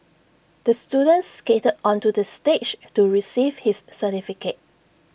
the student skated onto the stage to receive his certificate